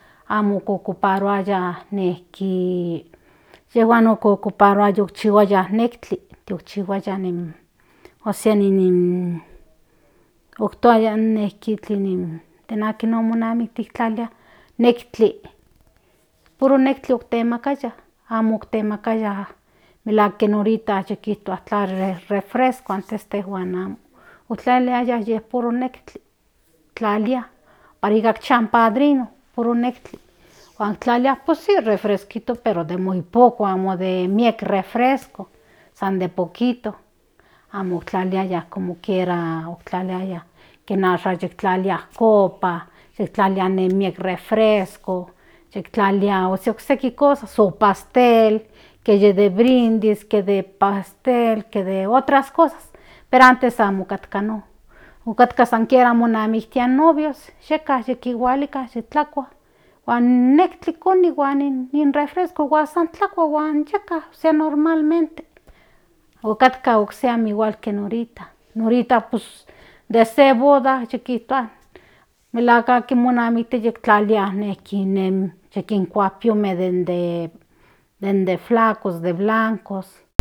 Amo ocoparuaya nejki inyejuan ocoparuaya para yikchihuaya nejtli tikchihuaya nejki otoaya kiishtin ni dan aka monamiktis tlalilia nejtli puro nejtli otemakaya amo oktemakaya melahuak ki orita kin refresco antes tlaliliaya puro nejtli tlalia para ikancha in padrino puro nejtli huan tlalia pues si refresquito pero de muy poco amo den miek refresco san de poquito amo tlaliaya como kiera tlaliaya kin ashan yiktlalia coca tiktlalia nen miek refresco yiktlalia okseki cosas o pastel que ye di brindis que de pastel ke de otras cosas pero antes amo otkatka non otkatka san kiera monamiktiaya novios yeka yikinhualika yitlakua huan nejtli koni huan ni refresco huan san tlakua yeka osa normalmente otkatka okse amo igual kieme ahorita ahorita de se boda kitua melahuak akin monamiktia yiktlalia yi vconkua in piome den den de flacos de blancos.